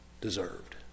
deserved